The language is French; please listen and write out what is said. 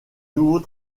nouveau